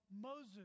Moses